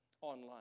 online